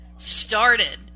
started